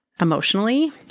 emotionally